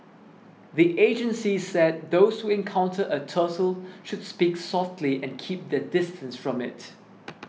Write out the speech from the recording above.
the agencies said those who encounter a turtle should speak softly and keep their distance from it